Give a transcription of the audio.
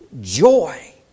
joy